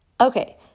Okay